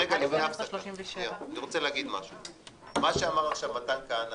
אני רוצה להגיד משהו לפני ההפסקה: מה שאמר עכשיו מתן כהנא